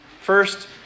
First